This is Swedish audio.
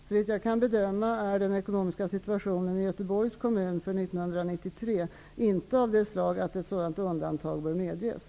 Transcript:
Såvitt jag kan bedöma är den ekonomiska situationen i Göteborgs kommun för år 1993 inte av det slaget att ett sådant undantag bör medges.